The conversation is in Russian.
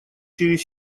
через